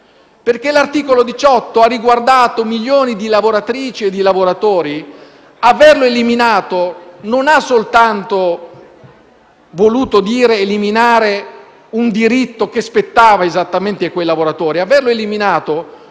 perché l'articolo 18 ha riguardato milioni di lavoratrici e di lavoratori. Averlo eliminato ha voluto dire non solo eliminare un diritto che spettava esattamente a quei lavoratori, ma anche aver